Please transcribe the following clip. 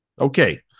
Okay